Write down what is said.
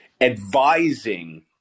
advising